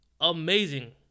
amazing